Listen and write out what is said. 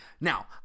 Now